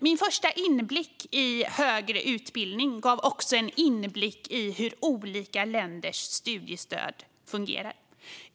Min första inblick i högre utbildning gav också en inblick i hur olika länders studiestöd fungerar.